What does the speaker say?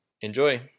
Enjoy